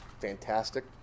fantastic